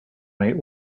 may